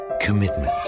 commitment